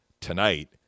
tonight